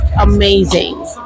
amazing